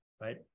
right